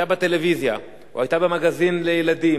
שהיתה בטלוויזיה או היתה במגזין לילדים,